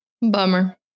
Bummer